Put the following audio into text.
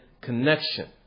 connection